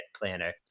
planner